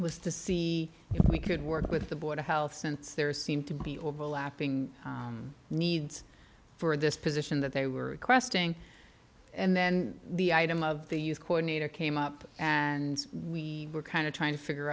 was to see if we could work with the board of health since there seemed to be overlapping needs for this position that they were requesting and then the item of the use coordinator came up and we were kind of trying to figure